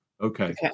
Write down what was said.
Okay